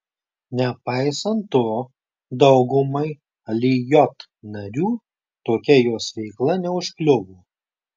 nepaisant to daugumai lijot narių tokia jos veikla neužkliuvo